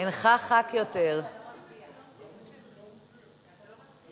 את הצעת חוק חובת המכרזים (תיקון מס'